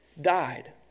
died